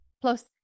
Plus